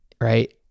right